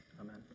Amen